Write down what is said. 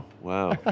Wow